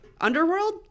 Underworld